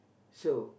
so